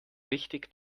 wichtig